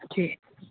ठीक